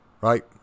right